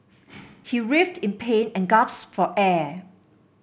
he writhed in pain and for air